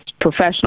professional